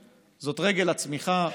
זה רגל הצמיחה,